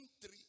three